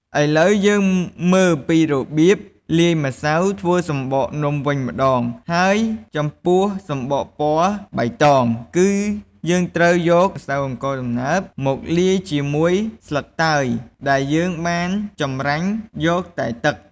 ឥឡូវ យើងមើលពីរបៀបលាយម្សៅធ្វើសំបកនំវិញម្តង ហើយចំពោះសំបកពណ៌បៃតង គឺយើងត្រូវយកម្សៅអង្ករដំណើប មកលាយជាមួយស្លឹកតើយដែលយើងបានចម្រាញ់យកតែទឹក។